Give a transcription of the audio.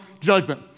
Judgment